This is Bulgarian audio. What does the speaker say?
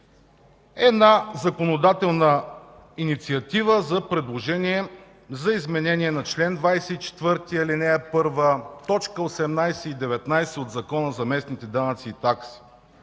една законодателна инициатива за предложение за изменение на чл. 24, ал. 1, т. 18 и т. 20 от Закона за местните данъци и такси,